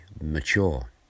mature